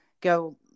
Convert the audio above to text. go